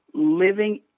living